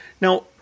Now